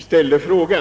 ställde min fråga.